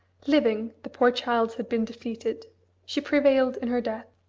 living, the poor child had been defeated she prevailed in her death.